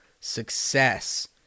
success